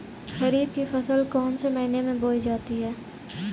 खरीफ की फसल कौन से महीने में बोई जाती है?